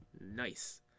Nice